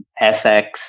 SX